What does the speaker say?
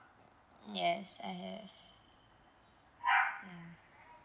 yes I have ya